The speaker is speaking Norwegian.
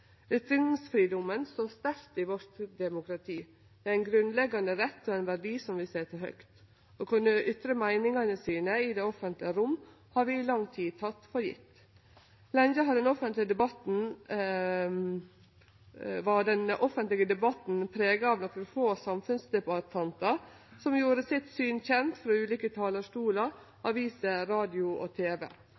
står sterkt i vårt demokrati. Det er ein grunnleggjande rett og ein verdi som vi set høgt. Å kunne ytre meiningane sine i det offentlege rom har vi i lang tid teke for gjeve. Lenge var den offentlege debatten prega av nokre få samfunnsdebattantar som gjorde sitt syn kjent frå ulike talarstolar, aviser, radio og